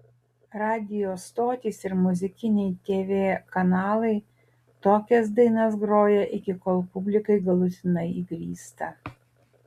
radijo stotys ir muzikiniai tv kanalai tokias dainas groja iki kol publikai galutinai įgrysta